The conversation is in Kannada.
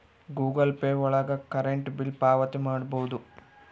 ಗೂಗಲ್ ಪೇ ಒಳಗ ಕರೆಂಟ್ ಬಿಲ್ ಪಾವತಿ ಮಾಡ್ಬೋದು